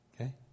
Okay